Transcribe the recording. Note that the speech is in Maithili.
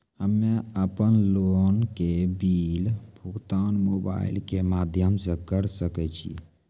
हम्मे अपन लोन के बिल भुगतान मोबाइल के माध्यम से करऽ सके छी?